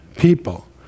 people